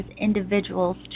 individuals